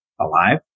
alive